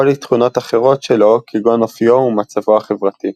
או לתכונות אחרות שלו כגון אופיו ומצבו החברתי.